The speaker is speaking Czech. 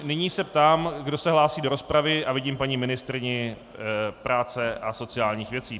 Nyní se ptám, kdo se hlásí do rozpravy, a vidím paní ministryni práce a sociálních věcí.